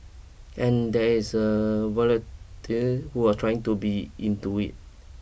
and there is a who were trying to be into it